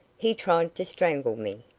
he tried to strangle me.